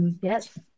Yes